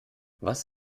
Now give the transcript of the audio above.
was